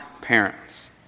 parents